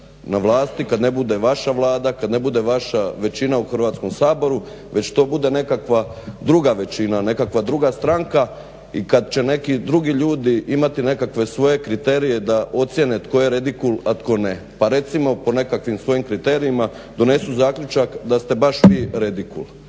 na vlasti, kad ne bude vaša Vlada, kad ne bude vaša većina u Hrvatskom saboru već to bude nekakva druga većina, nekakva druga stranka i kad će neki drugi ljudi imati nekakve svoje kriterije da ocijene tko je redikul, a tko ne pa recimo po nekakvim svojim kriterijima donesu zaključak da ste baš vi redikul